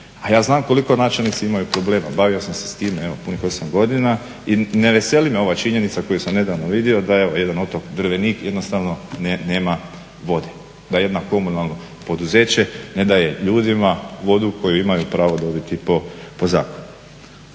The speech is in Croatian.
A ja znam koliko načelnici imaju problema, bavio sam se s time punih 8 godina i ne veseli me ova činjenica koju sam nedavno vidio da je jedan otok Drvenik jednostavno nema vode, da jedno komunalno poduzeće ne daje ljudima vodu koju imaju pravo dobiti po zakonu.